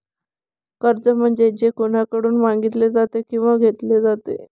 कर्ज म्हणजे जे कोणाकडून मागितले जाते किंवा घेतले जाते